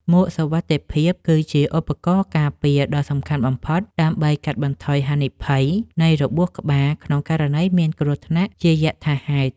មួកសុវត្ថិភាព គឺជាឧបករណ៍ការពារដ៏សំខាន់បំផុត ដើម្បីកាត់បន្ថយហានិភ័យនៃរបួសក្បាលក្នុងករណីមានគ្រោះថ្នាក់ជាយថាហេតុ។